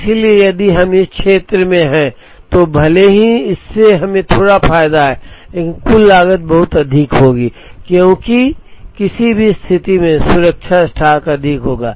इसलिए यदि हम इस क्षेत्र में हैं तो भले ही इससे हमें थोड़ा फायदा हो लेकिन कुल लागत बहुत अधिक होगी क्योंकि किसी भी स्थिति में सुरक्षा स्टॉक अधिक होगा